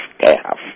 staff